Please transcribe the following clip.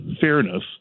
fairness